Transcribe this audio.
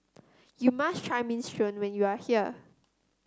you must try Minestrone when you are here